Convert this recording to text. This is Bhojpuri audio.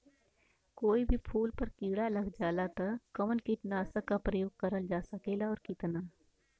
कोई भी फूल पर कीड़ा लग जाला त कवन कीटनाशक क प्रयोग करल जा सकेला और कितना?